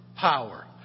power